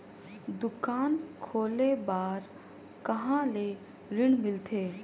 दुकान खोले बार कहा ले ऋण मिलथे?